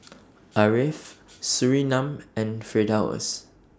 Ariff Surinam and Firdaus